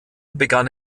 begann